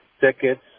Tickets